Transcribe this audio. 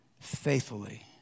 faithfully